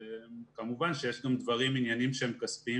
כמובן שיש גם דברים עניינים שהם כספיים